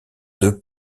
deux